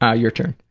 ah your turn.